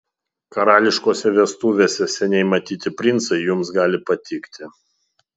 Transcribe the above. karališkose vestuvėse seniai matyti princai jums gali patikti